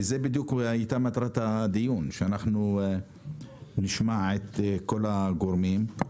זו בדיוק הייתה מטרת הדיון, שנשמע את כל הגורמים.